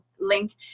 link